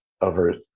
over